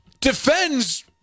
defends